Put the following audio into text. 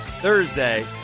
Thursday